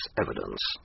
evidence